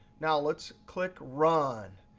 now let's click run.